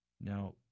Now